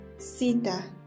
Cita